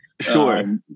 Sure